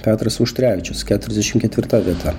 petras auštrevičius keturiasdešim ketvirta vieta